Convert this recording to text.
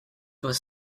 was